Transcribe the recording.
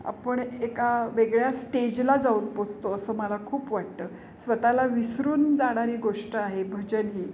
आपण एका वेगळ्या स्टेजला जाऊन पोहोचतो असं मला खूप वाटतं स्वतःला विसरून जाणारी गोष्ट आहे भजन ही